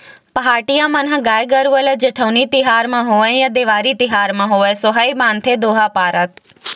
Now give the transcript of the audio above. पहाटिया मन ह गाय गरुवा ल जेठउनी तिहार म होवय या देवारी तिहार म होवय सोहई बांधथे दोहा पारत